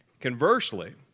Conversely